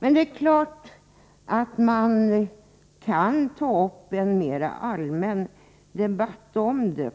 Men det är klart att man kan ta upp en mera allmän debatt om det.